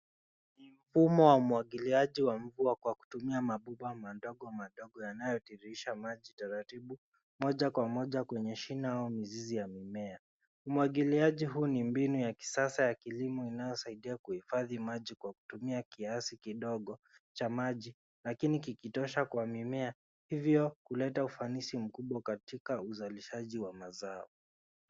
Mfumo wa umwagiliaji kwa mvua kwa kutumia mabomba madogomadogo yanayotirisha maji taratibu moja kwa moja kwenye shina au mizizi ya mimea. Umwagiliaji huu ni mbinu ya kisasa ya kilimo inayosaidia kuhifadhi maji kwa kutumia kiasi kidogo cha maji lakini kikitosha kwa mimea hivyo huleta ufanisi mkubwa katika uzalishaji wa mazao.